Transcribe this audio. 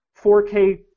4K